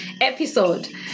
episode